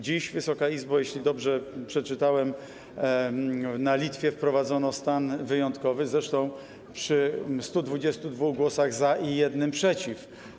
Dziś, Wysoka Izbo, jeśli dobrze przeczytałem, na Litwie wprowadzono stan wyjątkowy, zresztą przy 122 głosach za i jednym przeciw.